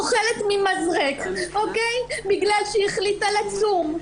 אוכלת ממזרק בגלל שהיא החליטה לצום.